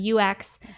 UX